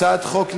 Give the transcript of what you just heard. הצעה, ההצעות,